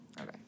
Okay